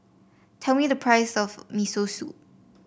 tell me the price of Miso Soup